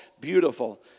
Beautiful